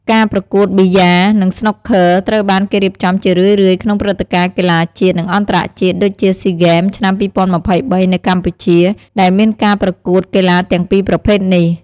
ការប្រកួតប៊ីយ៉ា និងស្នូកឃឺត្រូវបានរៀបចំជារឿយៗក្នុងព្រឹត្តិការណ៍កីឡាជាតិ និងអន្តរជាតិ ដូចជា ស៊ីហ្គេម ឆ្នាំ ២០២៣ នៅកម្ពុជា ដែលមានការប្រកួតកីឡាទាំងពីរប្រភេទនេះ។